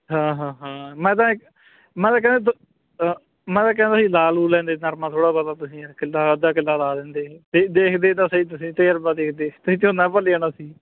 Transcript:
ਹਾਂ ਹਾਂ ਹਾਂ ਮੈਂ ਤਾਂ ਮੈਂ ਤਾਂ ਕਹਿੰਦਾ ਦ ਮੈਂ ਤਾਂ ਕਹਿੰਦਾ ਸੀ ਲਾ ਲੂ ਲੈਂਦੇ ਨਰਮਾ ਥੋੜ੍ਹਾ ਬਹੁਤ ਤੁਸੀਂ ਕਿੱਲਾ ਅੱਧਾ ਕਿੱਲਾ ਲਾ ਦਿੰਦੇ ਦੇਖਦੇ ਤਾਂ ਸਹੀ ਤੁਸੀਂ ਤਜ਼ਰਬਾ ਦੇਖਦੇ ਤੁਸੀਂ ਝੋਨਾ ਭੁੱਲ ਜਾਣਾ ਸੀ